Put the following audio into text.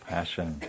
Passion